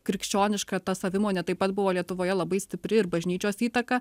krikščioniška ta savimonė taip pat buvo lietuvoje labai stipri ir bažnyčios įtaka